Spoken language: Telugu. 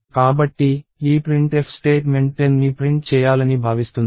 కాబట్టి ఈ printf స్టేట్మెంట్ 10ని ప్రింట్ చేయాలని భావిస్తున్నారు